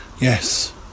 yes